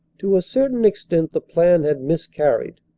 to a certain extent the plan had miscarried,